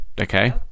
okay